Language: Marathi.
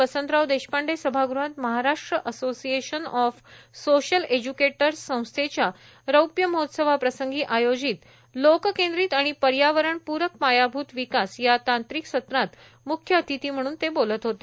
वसंतराव देशपांडे सभागृहात Maharashtra association of social educators संस्थेच्या रौप्य महोत्सवाप्रसंगी आयोजित लोक केंद्रीत आणि पर्यावरणपूरक पायाभूत विकास या तांत्रिक सत्रात मुख्य अतिथी म्हणून ते बोलत होते